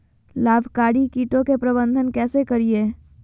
लाभकारी कीटों के प्रबंधन कैसे करीये?